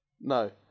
No